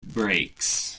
breaks